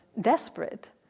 desperate